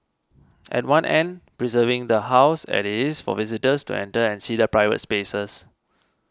at one end preserving the House that is for visitors to enter and see the private spaces